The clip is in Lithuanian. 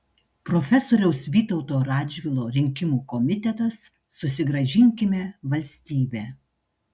profesoriaus vytauto radžvilo rinkimų komitetas susigrąžinkime valstybę